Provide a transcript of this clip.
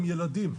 הם ילדים,